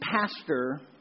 pastor